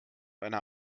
einer